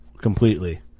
completely